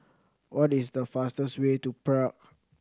what is the fastest way to Prague